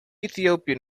ethiopian